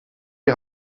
die